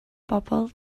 bobl